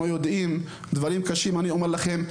אנחנו יודעים דברים קשים אני אומר לכם,